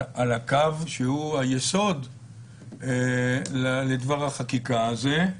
על הקו שהוא היסוד לדבר החקיקה הזה.